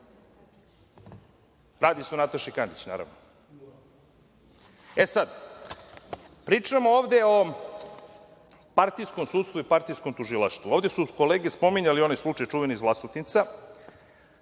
Radi se o Nataši Kandić, naravno. Pričamo ovde o partijskom sudstvu i partijskom tužilaštvu. Ovde su kolege spominjale onaj čuveni slučaj iz Vlasotinca.